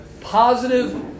positive